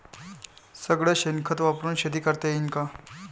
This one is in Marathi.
सगळं शेन खत वापरुन शेती करता येईन का?